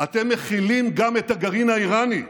אתם מכילים גם את הגרעין האיראני,